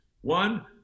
One